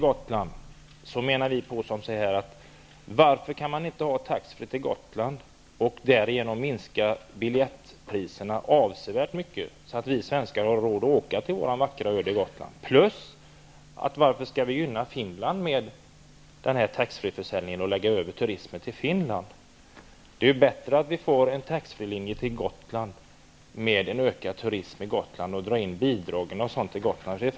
Gotlandsfärjan och därigenom sänka biljettpriserna avsevärt, så att vi svenskar har råd att åka till vår vackra ö Gotland? Och varför skall vi gynna Finland med taxfreeförsäljningen och lägga över turismen till Finland? Det är bättre att vi får taxfreeförsäljning på trafiken till Gotland och därmed ökar turismen och drar in bidragen.